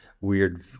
weird